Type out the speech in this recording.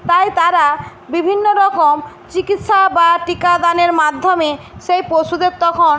তাই তারা বিভিন্ন রকম চিকিৎসা বা টিকা দানের মাধ্যমে সেই পশুদের তখন